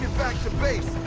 back to base.